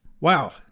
wow